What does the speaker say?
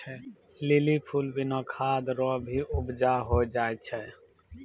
lily फूल बिना खाद रो भी उपजा होय जाय छै